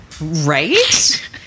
Right